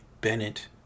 Bennett